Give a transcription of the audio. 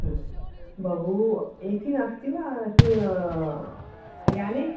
बहू A C अस्ति वा अस्यां याने